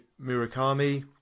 Murakami